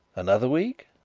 another week.